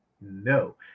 No